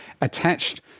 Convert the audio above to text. attached